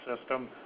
system